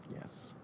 Yes